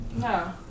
No